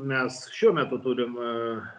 mes šiuo metu turim